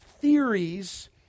theories